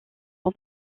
son